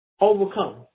overcome